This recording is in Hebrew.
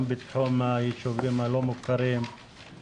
גם בתחום הישובים הלא מוכרים,